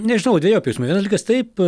nežinau dvejopi jausmai vienas dalykas taip